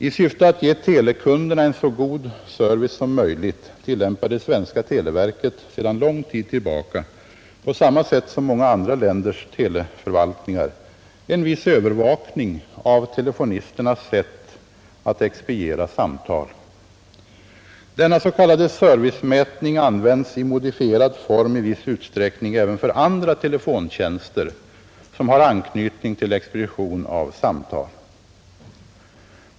I syfte att ge telekunderna en så god service som möjligt tillämpar det svenska televerket sedan lång tid tillbaka — på samma sätt som många andra länders teleförvaltningar — en viss övervakning av telefonisternas sätt att expediera samtal. Denna s.k. servicemätning används i modifierad form i viss utsträckning även för andra telefontjänster som har anknytning till expedition av samtal.